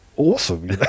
awesome